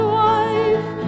wife